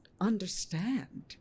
understand